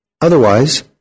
Otherwise